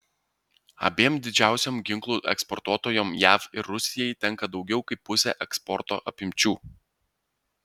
abiem didžiausiom ginklų eksportuotojom jav ir rusijai tenka daugiau kaip pusė eksporto apimčių